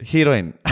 Heroine